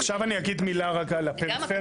עכשיו אני אגיד מילה רק על הפריפריה.